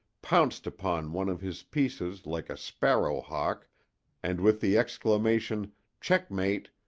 pounced upon one of his pieces like a sparrow-hawk and with the exclamation checkmate!